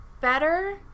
better